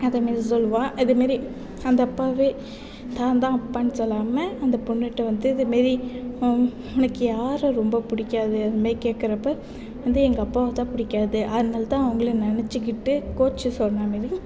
அது மாதிரி சொல்லுவாள் இது மாரி அந்த அப்பாவே நான் தான் அப்பான்னு சொல்லமல் அந்த பொண்ணுகிட்ட வந்து உனக்கு யாரை வந்து ரொம்ப பிடிக்காது அதை மாதிரி கேட்குறப்ப வந்து எங்கள் அப்பாவை தான் எனக்கு பிடிக்காது அதனால்தான் அவங்கள நினைச்சிக்கிட்டு கோச் சொன்ன மாதிரி